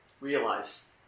realize